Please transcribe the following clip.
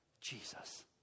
Jesus